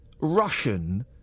Russian